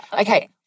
Okay